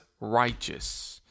righteous